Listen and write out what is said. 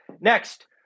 Next